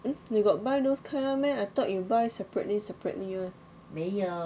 you got buy those kind [one] meh I thought you buy separately separately [one]